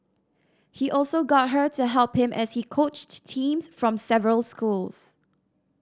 he also got her to help him as he coached teams from several schools